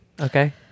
Okay